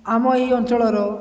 ଆମ ଏହି ଅଞ୍ଚଳର